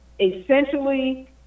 essentially